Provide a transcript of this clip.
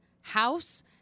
house